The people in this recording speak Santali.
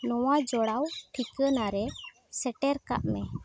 ᱱᱚᱣᱟ ᱡᱚᱲᱟᱣ ᱴᱷᱤᱠᱟᱹᱱᱟᱨᱮ ᱥᱮᱴᱮᱨ ᱠᱟᱜ ᱢᱮ